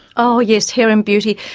oh yes, hair and beauty.